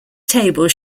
table